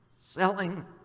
selling